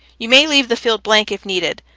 you may leave the field blank, if needed,